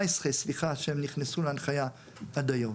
שהם נכנסו להנחיה עד היום.